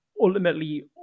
Ultimately